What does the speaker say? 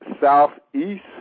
southeast